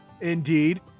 indeed